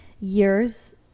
years